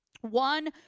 One